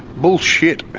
bull shit.